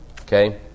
Okay